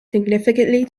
significantly